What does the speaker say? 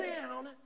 down